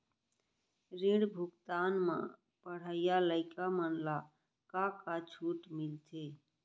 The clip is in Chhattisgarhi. ऋण भुगतान म पढ़इया लइका मन ला का का छूट मिलथे?